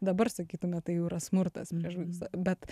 dabar sakytume tai jau yra smurtas prieš vaikus bet